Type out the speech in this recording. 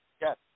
Yes